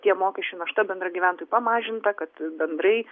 tie mokesčių našta bendra gyventojui pamažinta kad bendrai